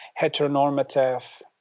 heteronormative